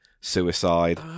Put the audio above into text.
Suicide